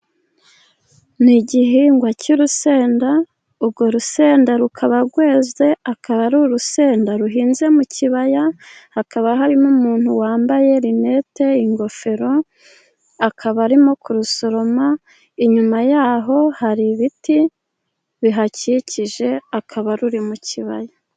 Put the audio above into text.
Ni igihingwa cy'urusenda, urwo rusenda rukaba rweze, akaba ari urusenda ruhinze mu kibaya, hakaba hari n'umuntu wambaye linete, ingofero, akaba arimo kurusoroma, inyuma yaho hari ibiti bihakikije, akaba ruri mu kibaya.